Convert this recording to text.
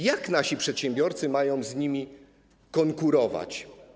Jak nasi przedsiębiorcy mają z nimi konkurować?